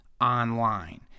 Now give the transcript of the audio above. online